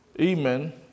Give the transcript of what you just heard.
Amen